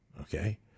okay